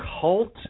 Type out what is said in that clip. cult